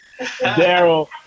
Daryl